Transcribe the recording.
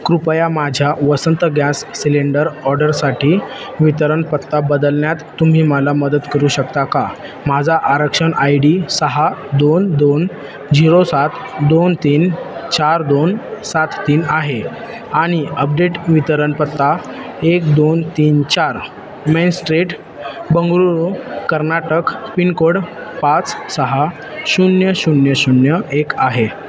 कृपया माझ्या Vasant gas cylinder ऑर्डरसाठी वितरण पत्ता बदलण्यात तुम्ही मला मदत करू शकता का माझा आरक्षण आय डी सहा दोन दोन झिरो सात दोन तीन चार दोन सात तीन आहे आणि अपडेट वितरण पत्ता एक दोन तीन चार main street Bengaluru Karnataka pincode पाच सहा शून्य शून्य शून्य एक आहे